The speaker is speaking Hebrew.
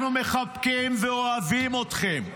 אנחנו מחבקים ואוהבים אתכם.